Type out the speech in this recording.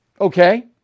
Okay